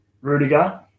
Rudiger